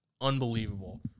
Unbelievable